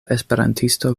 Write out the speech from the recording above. esperantisto